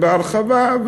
ובהרחבה,